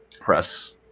press